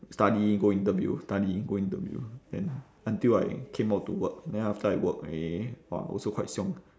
study go interview study go interview then until I came out to work then after I work already !wah! also quite 凶